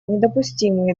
недопустимы